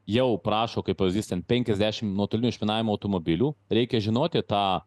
jau prašo kaip pavyzdys ten penkiasdešim nuotolinio išminavimo automobilių reikia žinoti tą